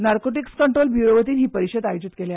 narcotics control bureau वतीन ही परिशद आयोजीत केल्या